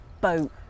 boat